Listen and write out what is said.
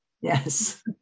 Yes